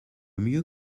mieux